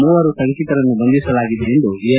ಮೂವರು ಶಂಕಿತರನ್ನು ಬಂದಿಸಲಾಗಿದೆ ಎಂದು ಎನ್